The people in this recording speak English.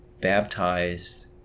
baptized